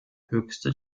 höchste